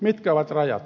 mitkä ovat rajat